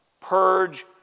purge